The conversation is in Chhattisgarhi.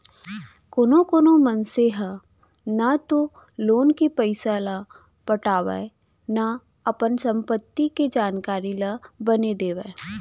कानो कोनो मनसे ह न तो लोन के पइसा ल पटावय न अपन संपत्ति के जानकारी ल बने देवय